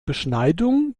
beschneidung